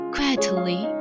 Quietly